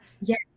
yes